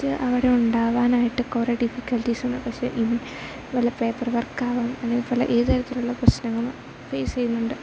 അവിടെ ഉണ്ടാവാനായിട്ട് കുറേ ഡിഫിക്കൽറ്റീസ് ഉണ്ട് പക്ഷെ പല പേപ്പർ വർക്കാവും അല്ലെങ്കിൽ പല ഏത് തരത്തിലുള്ള പ്രശ്നങ്ങൾ ഫേസ് ചെയ്യുന്നുണ്ട്